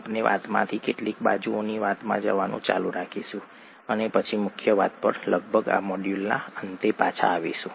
આપણે વાતમાંથી કેટલીક બાજુની વાતમાં જવાનું ચાલુ રાખીશું અને પછી મુખ્ય વાત પર લગભગ આ મોડ્યુલના અંતે પાછા આવીશું